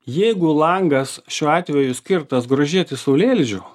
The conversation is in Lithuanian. jeigu langas šiuo atveju skirtas grožėtis saulėlydžiu